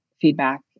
feedback